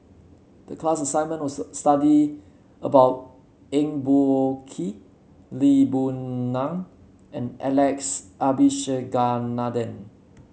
the class assignment was to study about Eng Boh Kee Lee Boon Ngan and Alex Abisheganaden